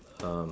um